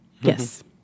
Yes